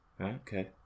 Okay